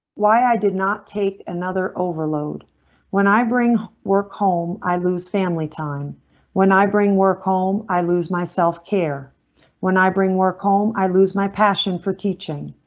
why i did not take another overload when i bring work home i lose family time when i bring work home i lose myself care when i bring work home i lose my passion for teaching.